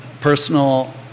personal